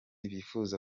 bifuza